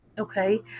Okay